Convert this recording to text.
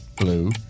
Blue